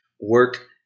work